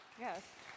yes